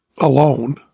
alone